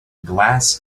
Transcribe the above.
glass